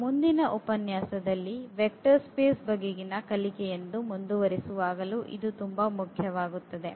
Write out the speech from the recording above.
ನಾವು ಮುಂದಿನ ಉಪನ್ಯಾಸದಲ್ಲಿ ವೆಕ್ಟರ್ ಸ್ಪೇಸ್ ಬಗೆಗಿನ ಕಲಿಕೆಯನ್ನು ಮುಂದುವರೆಸುವಾಗಲೂ ಇದು ಮುಖ್ಯವಾಗುತ್ತದೆ